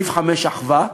סעיף 5, אחווה,